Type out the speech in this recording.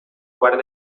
quart